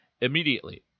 immediately